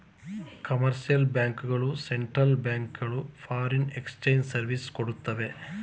commercial bank ಗಳು central bank ಗಳು foreign exchange service ಕೊಡ್ತವೆ